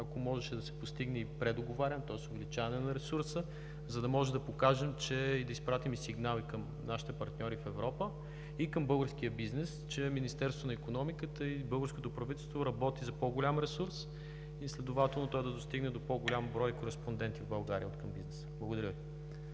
ако можеше да се постигне и предоговаряне, тоест увеличаване на ресурса, за да можем да покажем и да изпратим сигнали към нашите партньори в Европа и към българския бизнес, че Министерството на икономиката и българското правителство работят за по-голям ресурс, следователно той да достигне до по-голям брой кореспонденти в България откъм бизнеса. Благодаря Ви.